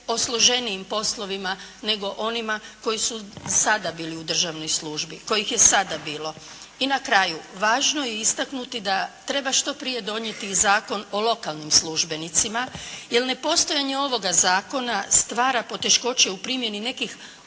o složenijim poslovima nego onima koji su sada bili u državnoj službi, kojih je sada bilo. I na kraju važno je istaknuti da treba što prije donijeti i Zakon o lokalnim službenicima jer nepostojanje ovoga zakona stvara poteškoće u primjeni nekih